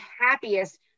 happiest